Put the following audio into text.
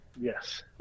yes